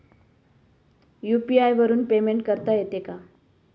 UPI वरून payment करता येते का?